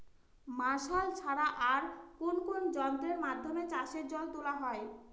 Martial ছাড়া আর কোন কোন যন্ত্রেরর মাধ্যমে চাষের জল তোলা হয়?